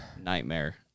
Nightmare